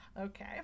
okay